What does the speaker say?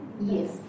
Yes